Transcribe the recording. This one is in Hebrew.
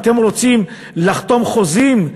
אתם רוצים לחתום על חוזים,